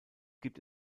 gibt